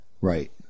Right